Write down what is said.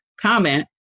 comment